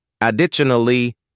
Additionally